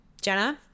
Jenna